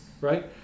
right